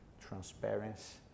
transparency